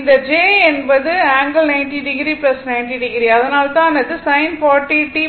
இந்த j என்பது ∠90o 90o அதனால்தான் அது sin 40 t